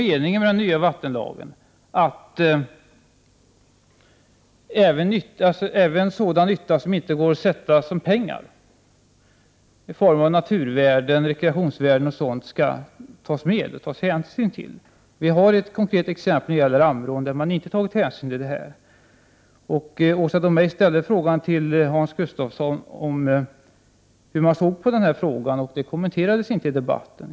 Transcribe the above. Meningen med den nya vattenlagen var att man skulle ta hänsyn även till sådan nytta som inte går att mäta i pengar — naturvärden, rekreationsvärden, osv. Vi har ett konkret exempel som gäller Ammerån, där man inte tagit hänsyn till det. Åsa Domeij frågade Hans 111 Gustafsson hur han såg på den saken, och han kommenterade inte den frågan.